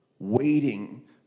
waiting